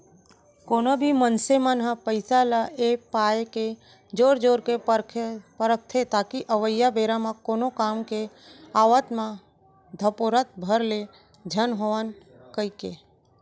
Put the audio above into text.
कोनो भी मनसे मन ह पइसा ल ए पाय के जोर जोर के रखथे ताकि अवइया बेरा म कोनो काम के आवब म धपोरत भर ले झन होवन कहिके